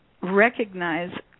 recognize